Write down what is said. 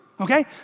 Okay